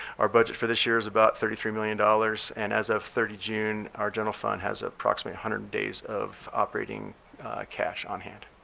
our budget for this year is about thirty three million dollars. and as of thirty june, our general fund has approximate one hundred days of operating cash on hand.